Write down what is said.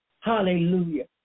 Hallelujah